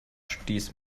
stieß